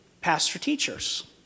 pastor-teachers